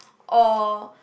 or